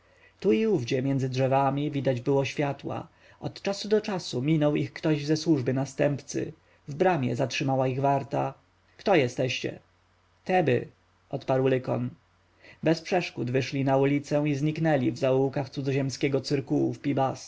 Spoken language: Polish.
tu i owdzie między drzewami widać było światła od czasu do czasu minął ich ktoś ze służby następcy w bramie zatrzymała ich warta kto jesteście teby odparł lykon bez przeszkody wyszli na ulicę i zniknęli w zaułkach cudzoziemskiego cyrkułu w